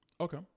Okay